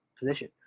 position